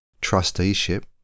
trusteeship